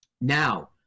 Now